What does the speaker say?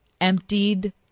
emptied